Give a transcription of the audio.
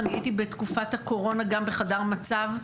אני הייתי בתקופת הקורונה גם בחדר מצב,